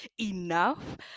enough